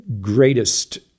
greatest